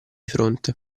fronte